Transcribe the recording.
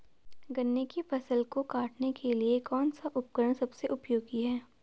गन्ने की फसल को काटने के लिए कौन सा उपकरण सबसे उपयोगी है?